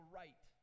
right